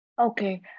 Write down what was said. Okay